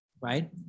right